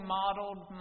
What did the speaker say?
modeled